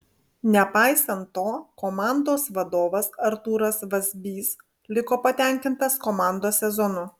nepaisant to komandos vadovas artūras vazbys liko patenkintas komandos sezonu